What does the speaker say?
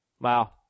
Wow